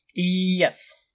Yes